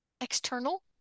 External